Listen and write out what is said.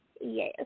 Yes